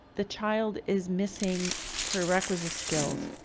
the child is missing prerequisite skills.